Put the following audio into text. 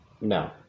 No